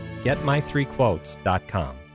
getmythreequotes.com